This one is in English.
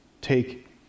take